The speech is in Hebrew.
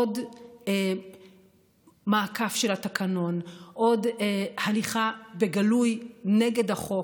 עוד מעקף של התקנון, עוד הליכה בגלוי נגד החוק.